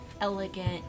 elegant